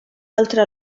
altre